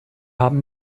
haben